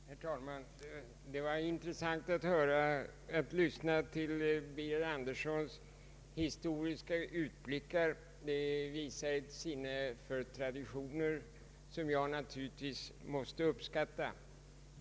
Herr talman! Det var intressant att lyssna till herr Birger Anderssons historiska utblickar. De visar ett sinne för traditioner som jag naturligtvis måste uppskatta.